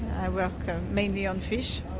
i work mainly on fish,